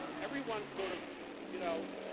everyone's sort of you know,